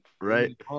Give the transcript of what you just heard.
Right